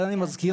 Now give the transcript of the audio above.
אני מזכיר,